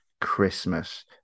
christmas